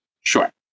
Sure